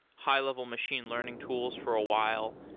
high level machine learning tools for a while.